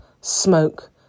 smoke